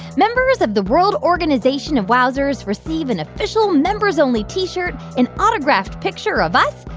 members of the world organization of wowzers receive an official member's only t-shirt, an autographed picture of us,